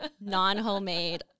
non-homemade